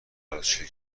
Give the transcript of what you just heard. عروسی